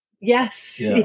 Yes